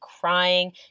crying